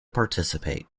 participate